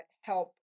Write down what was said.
help